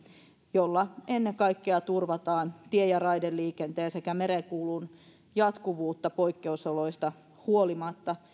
jolla ennen kaikkea turvataan tie ja raideliikenteen sekä merenkulun jatkuvuutta poikkeusoloista huolimatta